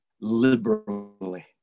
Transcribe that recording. liberally